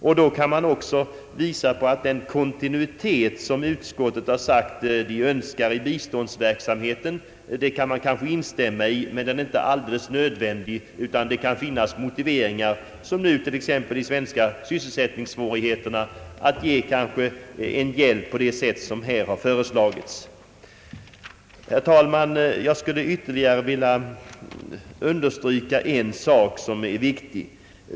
Utskottet önskar kontinuitet i biståndsverksamheten, och det kanske man kan instämma i, men kontinuiteten är inte absolut nödvändig — sådana särskilda omständigheter som t.ex. de nuvarande sysselsättningssvårigheterna i vårt land kan motivera att man ger en hjälp i den form som här föreslagits. Jag skulle herr talman, vilja understryka ytterligare en sak som är viktig.